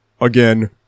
again